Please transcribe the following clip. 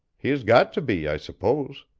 he has got to be, i suppose.